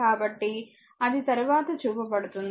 కాబట్టి అది తరువాత చూపబడుతుంది